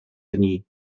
dni